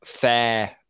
fair